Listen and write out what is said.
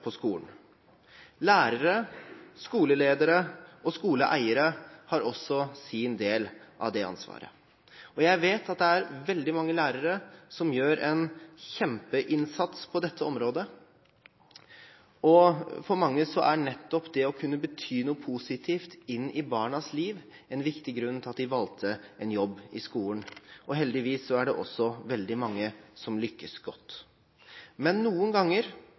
på skolen. Lærere, skoleledere og skoleeiere har også sin del av det ansvaret, og jeg vet at det er veldig mange lærere som gjør en kjempeinnsats på dette området. For mange er nettopp det å kunne bety noe positivt inn i barnas liv en viktig grunn til at de valgte en jobb i skolen, og heldigvis er det også veldig mange som lykkes godt. Men noen ganger